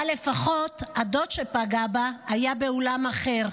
אבל לפחות הדוד שפגע בה היה באולם אחר,